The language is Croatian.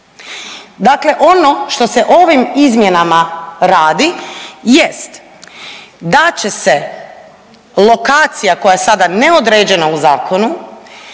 Dakle, ono što se ovim izmjenama radi jest, da će se lokacija koja je sada neodređena u zakonu,